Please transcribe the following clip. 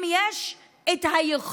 אם יש יכולת